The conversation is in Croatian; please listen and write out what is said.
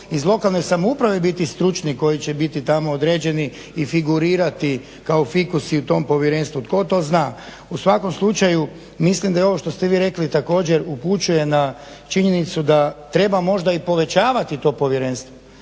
iz lokalne samouprave biti stručni, koji će biti tamo određeni i figurirati kao fikus i u tom povjerenstvu. Tko to zna? U svakom slučaju mislim da ovo što ste i vi rekli također upućuje na činjenicu da treba možda i povećavati to povjerenstvo,